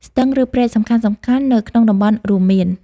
ស្ទឹង ឬព្រែកសំខាន់ៗនៅក្នុងតំបន់រួមមាន: